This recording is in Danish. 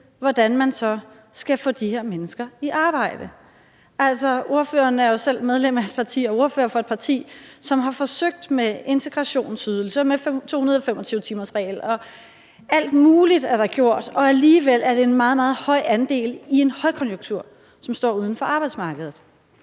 hvordan man så skal få de her mennesker i arbejde. Altså, ordføreren er jo selv medlem af et parti og ordfører for et parti, som har forsøgt med integrationsydelse og 225-timersregel, og alt muligt er der gjort, og alligevel er det en meget, meget høj andel, som står uden for arbejdsmarkedet,